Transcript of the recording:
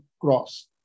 cross